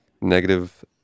negative